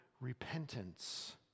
repentance